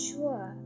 sure